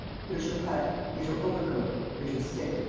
here's your hat, here's your overcoat, here's your stick.